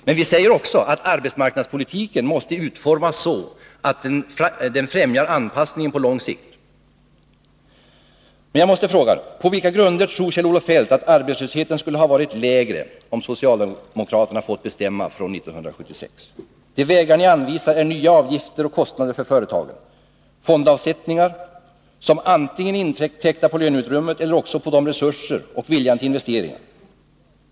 Men vi säger också att arbetsmarknadspolitiken måste utformas så att den främjar anpassningen på lång sikt. arbetslösheten skulle ha varit lägre om socialdemokraterna fått bestämma sedan 1976? De vägar ni anvisar är nya avgifter och kostnader för företagen, fondavsättningar som inkräktar antingen på löneutrymmet eller också på resurser och vilja till investeringar.